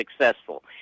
successful